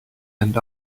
and